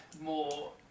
more